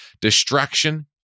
distraction